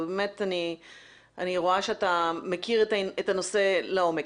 אני רואה שאתה מכיר את הנושא לעומק,